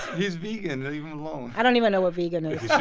he's vegan. leave him alone i don't even know what vegan is yeah